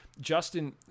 Justin